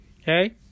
Okay